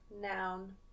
Noun